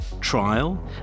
trial